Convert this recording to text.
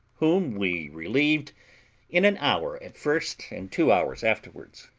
whom we relieved in an hour at first, and two hours afterwards.